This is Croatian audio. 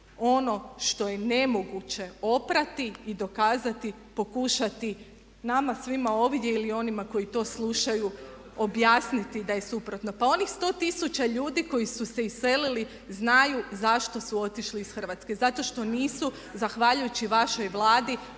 ono što je nemoguće oprati i dokazati pokušati nama svima ovdje ili onima koji to slušaju objasniti da je suprotno. Pa onih 100 tisuća ljudi koji su se iselili znaju zašto su otišli iz Hrvatske. Zato što nisu zahvaljujući vašoj Vladi